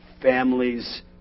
Families